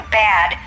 bad